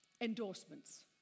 endorsements